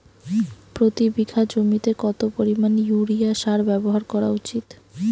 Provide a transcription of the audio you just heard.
প্রতি বিঘা জমিতে কত পরিমাণ ইউরিয়া সার ব্যবহার করা উচিৎ?